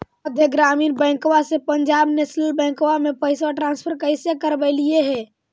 मध्य ग्रामीण बैंकवा से पंजाब नेशनल बैंकवा मे पैसवा ट्रांसफर कैसे करवैलीऐ हे?